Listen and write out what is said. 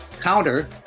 counter